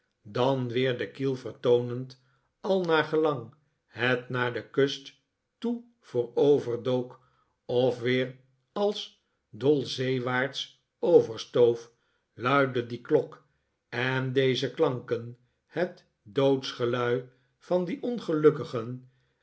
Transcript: dan weer de kiel vertoonend al naar gelang het naar de kust toe vooroverdook of weer als dol zeewaarts overstoof luidde die klok en deze klanken het doodsgelui van die ongelukkigen